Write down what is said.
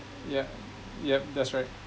yup yup that's right